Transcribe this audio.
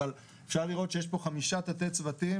אבל אפשר לראות שיש פה חמישה תתי צוותים,